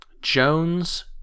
Jones